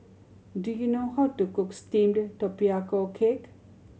do you know how to cook steamed tapioca cake